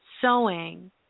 sewing